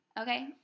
Okay